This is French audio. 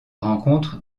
rencontre